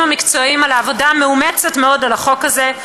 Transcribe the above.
המקצועיים על העבודה המאומצת מאוד על החוק הזה,